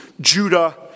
Judah